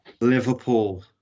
Liverpool